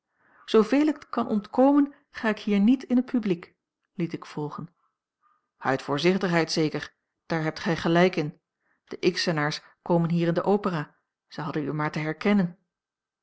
zooveel ik het kan ontkomen ga ik hier niet in het publiek liet ik volgen uit voorzichtigheid zeker daar hebt gij gelijk in de xenaars komen hier in de opera zij hadden u maar te herkennen